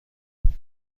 چارلز